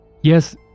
Yes